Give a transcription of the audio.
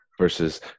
versus